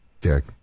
Dick